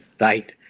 right